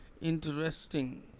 interesting